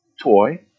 toy